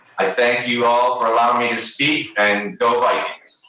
i thank you all for allowing me to speak, and go vikings.